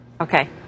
Okay